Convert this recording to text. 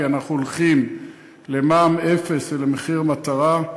כי אנחנו הולכים למע"מ אפס ולמחיר מטרה.